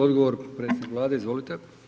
Odgovor predsjednik Vlade, izvolite.